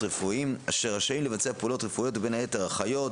רפואיים שרשאים לבצע פעולות רפואיות בין היתר אחיות,